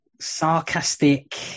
sarcastic